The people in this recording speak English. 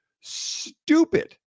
stupid